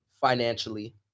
financially